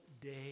day